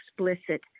explicit